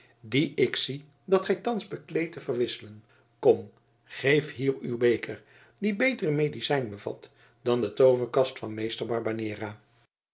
dien ik zie dat gij thans bekleedt te verwisselen kom geef hier uw beker die betere medicijn bevat dan de tooverkast van meester barbanera